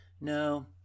No